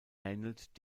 ähnelt